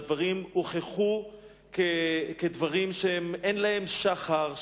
והדברים הוכחו כדברים שאין להם שחר,